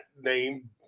name